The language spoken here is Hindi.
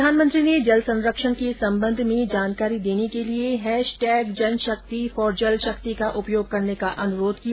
प्रधानमंत्री ने जल संरक्षण के संबंध में जानकारी देने के लिए hashtag Jan Shakti for Jal Shakti का उपयोग करने का अनुरोध किया